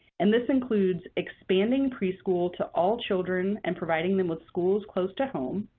and this includes expanding preschool to all children and providing them with schools close to home